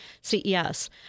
CES